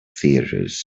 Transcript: theatres